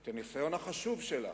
את הניסיון החשוב שלה,